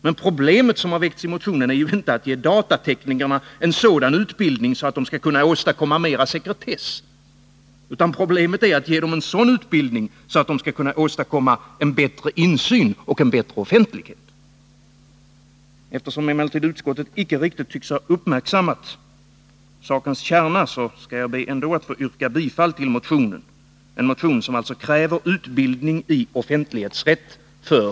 Men problemet som har väckts i motionen är inte att ge datateknikerna en sådan utbildning att de skall kunna åstadkomma mera sekretess, utan problemet är ju att ge dem sådan utbildning att de skall kunna åstadkomma bättre insyn och bättre offentlighet. Eftersom emellertid utskottet inte tycks ha uppmärksammat sakens kärna, skall jag ändå be att få yrka bifall till motionen — en motion som alltså kräver